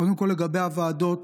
קודם כול, לגבי הוועדות,